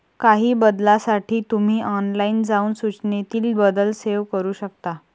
काही बदलांसाठी तुम्ही ऑनलाइन जाऊन सूचनेतील बदल सेव्ह करू शकता